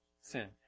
sin